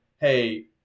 Hey